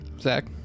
Zach